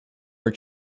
are